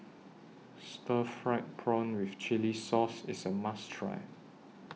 Stir Fried Prawn with Chili Sauce IS A must Try